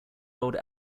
old